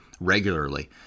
regularly